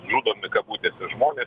žudomi kabutėse žmonės